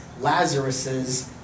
Lazarus's